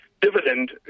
dividend